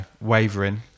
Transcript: wavering